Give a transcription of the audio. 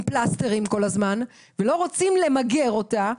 פלסטרים כל הזמן ולא רוצים למגר אותה,